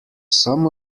some